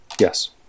Yes